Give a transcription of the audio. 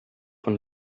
von